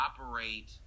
operate